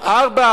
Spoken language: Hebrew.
ארבע, ארבע.